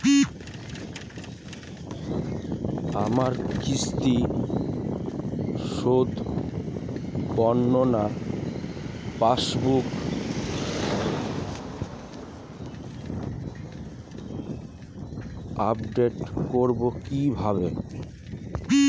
আমার কিস্তি শোধে বর্ণনা পাসবুক আপডেট করব কিভাবে?